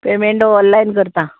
payment online करता